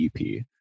EP